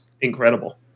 incredible